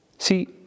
See